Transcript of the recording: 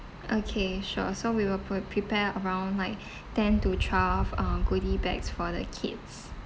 okay sure so we will pr~ prepare around like ten to twelve uh goodie bags for the kids